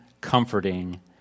comforting